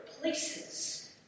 places